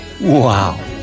Wow